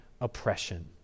oppression